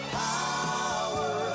power